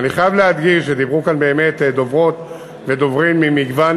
ואני חייב להדגיש שדיברו כאן באמת דוברות ודוברים ממגוון